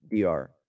dr